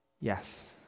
Yes